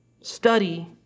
Study